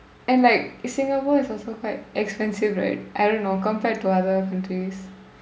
and like singapore is also quite expensive right I don't know compared to other countries